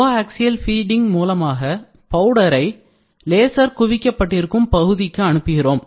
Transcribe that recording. coaxial feeding மூலமாக பவுடரை laser குவிக்கப்பட்டிருக்கும் பகுதிக்கு அனுப்புகிறோம்